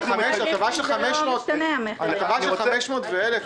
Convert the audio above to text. מדובר על הטבה של 500 או 1,000 שקלים.